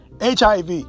HIV